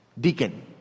deacon